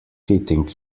hitting